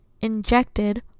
injected